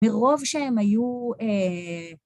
מרוב שהם היו...